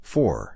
Four